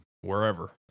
wherever